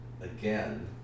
again